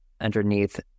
underneath